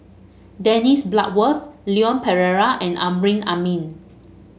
Dennis Bloodworth Leon Perera and Amrin Amin